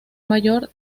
mayor